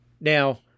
Now